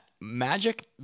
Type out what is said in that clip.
magic